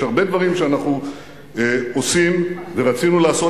יש הרבה דברים שאנחנו עושים ורצינו לעשות,